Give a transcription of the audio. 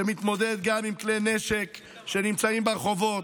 שמתמודד גם עם כלי נשק שנמצאים ברחובות,